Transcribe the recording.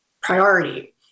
priority